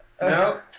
no